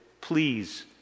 please